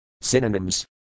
Synonyms